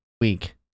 week